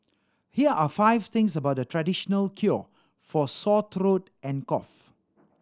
here are five things about the traditional cure for sore throat and cough